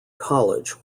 college